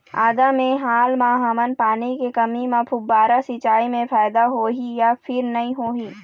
आदा मे हाल मा हमन पानी के कमी म फुब्बारा सिचाई मे फायदा होही या फिर नई होही?